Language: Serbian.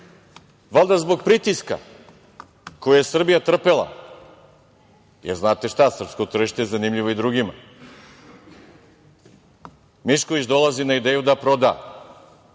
Valjda zbog pritiska koji je Srbija trpela, jer, znate šta, srpsko tržište je zanimljivo i drugima, Mišković dolazi na ideju da proda